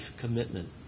commitment